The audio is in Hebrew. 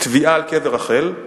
תביעה על קבר רחל,